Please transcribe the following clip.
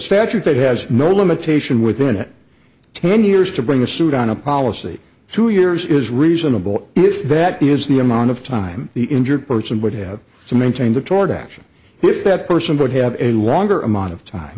statute that has no limitation within it ten years to bring a suit on a policy two years is reasonable if that is the amount of time the injured person would have to maintain the toward action if that person would have a longer amount of time